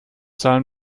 zahlen